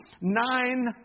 Nine